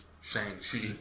Shang-Chi